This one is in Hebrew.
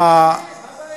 שאלה פשוטה, ממי כבשנו?